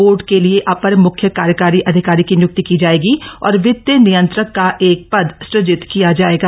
board के लिए अपर म्ख्य कार्यकारी अधिकारी की निय्क्ति की जायेगी और वित नियंत्रक का एक पद सृजित किया जायेगा